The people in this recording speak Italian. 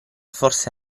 forse